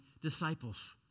disciples